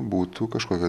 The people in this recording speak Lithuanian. būtų kažkokia